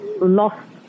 lost